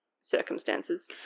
circumstances